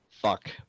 Fuck